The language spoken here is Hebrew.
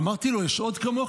אמרתי לו: יש עוד כמוה?